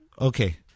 Okay